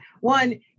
one